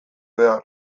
behar